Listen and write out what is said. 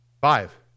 five